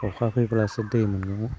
अखा फैब्लासो दै मोनो